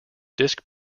disc